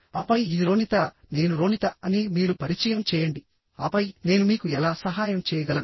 ఆపై ఇది రోనిత నేను రోనిత అని మీరు పరిచయం చేయండి ఆపై నేను మీకు ఎలా సహాయం చేయగలను